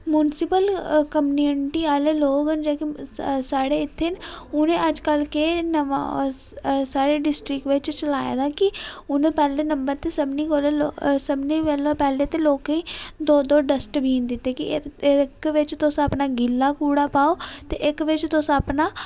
municipal community आह्ले लोक न जेह्ड़े साढ़े इत्थै न उनै अजकल्ल के नमा साढ़ी डिस्टिक बिच चलाए दा ऐ कि उनै पेह्लै नम्बर ते सबने कोला सबने कोला पेह्लै ते लोके गी दो दो डस्टबिन दित्ते कि इक बिच तुस अपना गिल्ला कूड़ा पाओ ते इक बिच तुस अपना